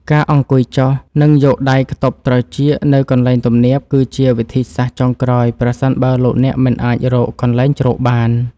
ការអង្គុយចុះ និងយកដៃខ្ទប់ត្រចៀកនៅកន្លែងទំនាបគឺជាវិធីសាស្ត្រចុងក្រោយប្រសិនបើលោកអ្នកមិនអាចរកកន្លែងជ្រកបាន។